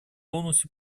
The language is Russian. полностью